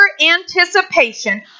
anticipation